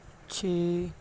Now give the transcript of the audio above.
ਛੇ